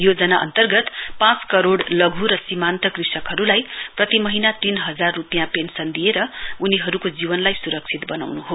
योजना अन्तर्गत पाँच करोड़ लघु र सीमान्त कृषकहरुलाई प्रति महीना तीन हजार रुपयाँ पेन्शन दिएर अनीहरुको जीवनलाई सुरक्षित बनाउनु हो